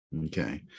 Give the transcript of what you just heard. Okay